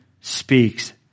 speaks